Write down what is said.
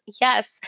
Yes